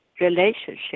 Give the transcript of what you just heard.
relationship